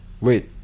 Wait